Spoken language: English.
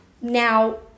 now